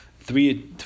three